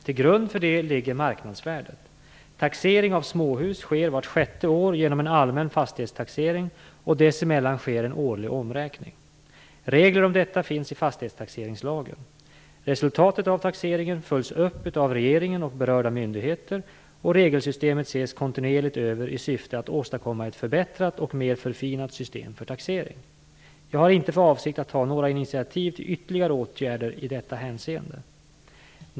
Till grund för detta ligger marknadsvärdet. Taxering av småhus sker vart sjätte år genom en allmän fastighetstaxering, och dessemellan sker en årlig omräkning. Regler om detta finns i fastighetstaxeringslagen. Resultatet av taxeringen följs upp av regeringen och berörda myndigheter, och regelsystemet ses kontinuerligt över i syfte att åstadkomma ett förbättrat och mer förfinat system för taxering. Jag har inte för avsikt att ta några initiativ till ytterligare åtgärder i detta hänseende.